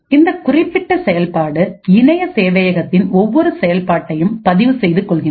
இந்த குறிப்பிட்ட செயல்பாடு இணைய சேவையகத்தின் ஒவ்வொரு செயல்பாட்டையும் பதிவு செய்து கொள்கின்றது